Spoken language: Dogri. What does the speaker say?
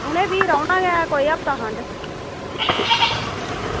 उनें भी रौह्ना गै कोई हफ्ता खंड